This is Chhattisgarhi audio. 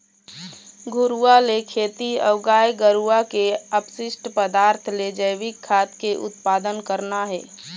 घुरूवा ले खेती अऊ गाय गरुवा के अपसिस्ट पदार्थ ले जइविक खाद के उत्पादन करना हे